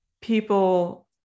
people